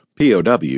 POW